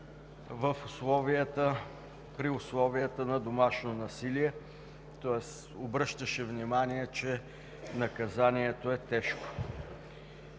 при условията на домашно насилие. Тоест обръщаше внимание, че наказанието е тежко.